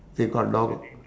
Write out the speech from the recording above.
they got lock ah